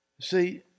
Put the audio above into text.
see